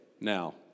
now